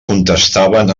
contestaven